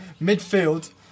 Midfield